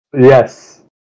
yes